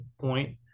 point